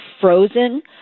frozen